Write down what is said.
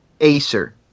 Acer